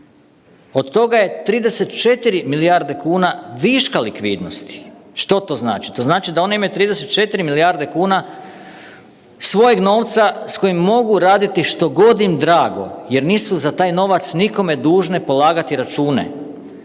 od toga je 34 milijarde kuna viška likvidnosti. Što to znači? To znači da one imaju 34 milijarde kuna svojeg novca s kojim mogu raditi što god im drago jer nisu za taj novac nikome dužne polagati račune.